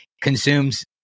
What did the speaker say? consumes